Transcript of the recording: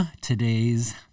today's